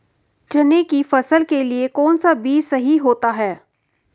चने की फसल के लिए कौनसा बीज सही होता है?